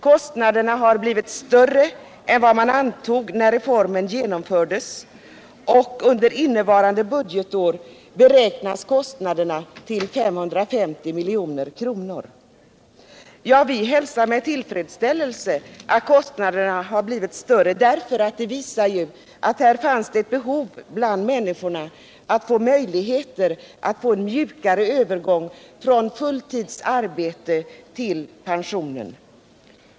Kostnaderna har blivit större än vad man antog när reformen genomfördes, och under innevarande budgetår beräknas kostnaderna till 550 milj.kr. Vi hälsar med tillfredsställelse att kostnaderna har blivit större därför att det visar att här fanns ett behov bland människorna att få möjligheter till en mjukare övergång från fulltidsarbete till pensionen.